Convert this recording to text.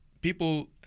people –